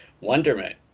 wonderment